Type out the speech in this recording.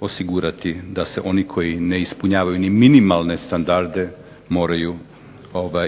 osigurati da se oni koji ne ispunjavaju ni minimalne standarde moraju